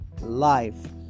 life